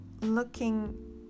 looking